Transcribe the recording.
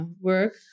work